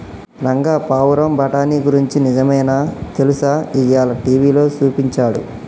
రంగా పావురం బఠానీ గురించి నిజమైనా తెలుసా, ఇయ్యాల టీవీలో సూపించాడు